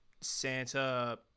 Santa